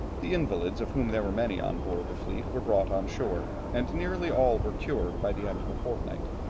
the invalids, of whom there were many on board the fleet, were brought on shore, and nearly all were cured by the end of a fortnight.